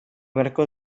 beharko